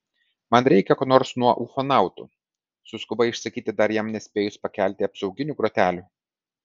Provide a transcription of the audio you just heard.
man reikia ko nors nuo ufonautų suskubai išsakyti dar jam nespėjus pakelti apsauginių grotelių